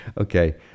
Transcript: okay